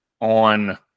on